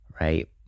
Right